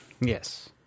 Yes